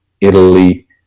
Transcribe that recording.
Italy